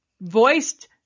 voiced